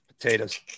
Potatoes